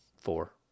Four